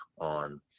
on